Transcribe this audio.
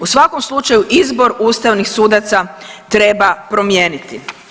U svakom slučaju, izbor ustavnih sudaca treba promijeniti.